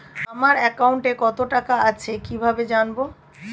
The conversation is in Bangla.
আমার একাউন্টে টাকা কত আছে কি ভাবে জানবো?